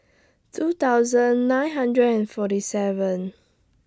two thousand nine hundred and forty seven